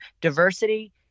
diversity